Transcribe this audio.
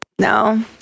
No